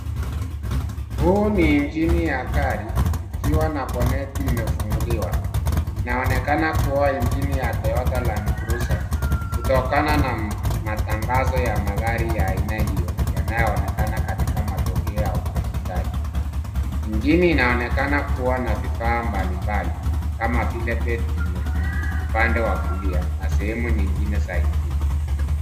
Huu ni injini ya gari ikiwa na boneti imefunguliwa. Inaonekana kuwa injini ya Toyota Land Cruiser , kutokana na matangazo ya magari ya aina hiyo, yanayoonekana katika matokea ya utofutaji. Injini inaonekana kuwa na vifaa mbalimbali kama vile battery nyekundu upande wa kulia na sehemu nyingine za injini.